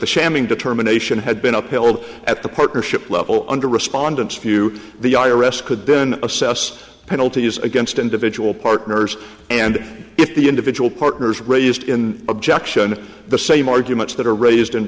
shamming determination had been upheld at the partnership level under respondents few the i r s could then assess penalties against individual partners and if the individual partners raised in objection the same arguments that are raised in